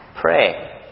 pray